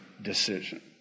decision